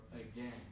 again